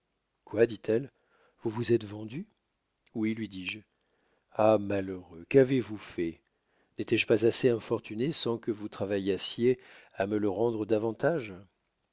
quoi dit-elle vous vous êtes vendu oui lui dis-je ah malheureux qu'avez-vous fait nétois je pas assez infortunée sans que vous travaillassiez à me le rendre davantage